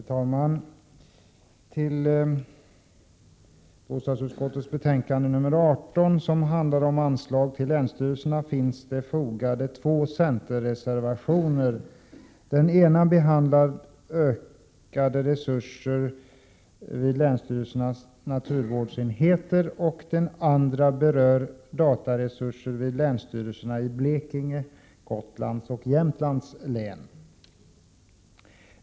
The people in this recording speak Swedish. Herr talman! Till bostadsutskottets betänkande 18 som handlar om anslag till länsstyrelserna finns fogade två centerreservationer. Den ena behandlar ökade resurser vid länsstyrelsernas naturvårdsenheter. Den andra berör dataresurser vid länsstyrelserna i Blekinge, Gotlands och Jämtlands län.